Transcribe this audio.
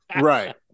Right